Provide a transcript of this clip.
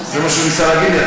זה מה שהוא ניסה להגיד לי.